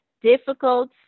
difficult